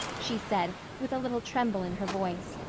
she said, with a little tremble in her voice,